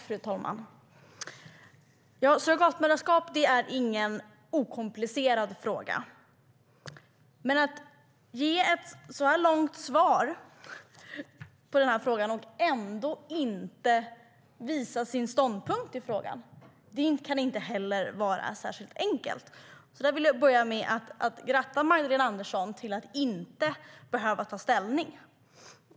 Fru talman! Frågan om surrogatmoderskap är inte okomplicerad. Men att ge ett sådant här långt svar på frågan och ändå inte visa sin ståndpunkt i frågan kan inte heller vara särskilt enkelt. Därför vill jag börja med att gratta Magdalena Andersson till att inte behöva ta ställning.